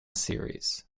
series